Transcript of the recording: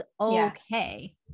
okay